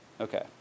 Okay